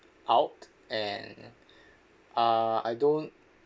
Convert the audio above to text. out and uh I don't